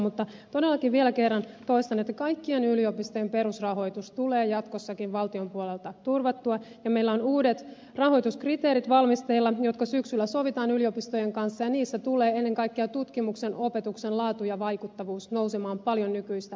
mutta todellakin vielä kerran toistan että kaikkien yliopistojen perusrahoitus tulee jatkossakin valtion puolelta turvattua ja meillä on uudet rahoituskriteerit valmisteilla jotka syksyllä sovitaan yliopistojen kanssa ja niissä tulee ennen kaikkea tutkimuksen ja opetuksen laatu sekä vaikuttavuus nousemaan paljon nykyistä merkittävämpään rooliin